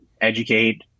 educate